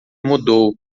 mudou